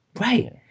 Right